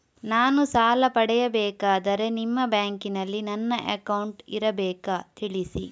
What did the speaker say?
ನಾನು ಸಾಲ ಪಡೆಯಬೇಕಾದರೆ ನಿಮ್ಮ ಬ್ಯಾಂಕಿನಲ್ಲಿ ನನ್ನ ಅಕೌಂಟ್ ಇರಬೇಕಾ ತಿಳಿಸಿ?